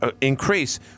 increase